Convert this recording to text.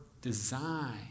design